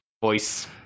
voice